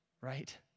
right